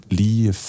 lige